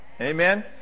Amen